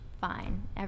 fine